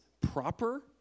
proper